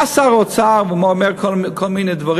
בא שר האוצר ואומר כל מיני דברים.